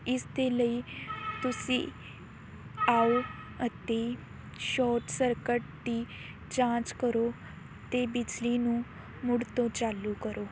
ਇਸ ਦੇ ਲਈ ਤੁਸੀਂ ਆਓ ਅਤੇ ਸ਼ੋਟ ਸਰਕਟ ਦੀ ਜਾਂਚ ਕਰੋ ਅਤੇ ਬਿਜਲੀ ਨੂੰ ਮੁੜ ਤੋਂ ਚਾਲੂ ਕਰੋ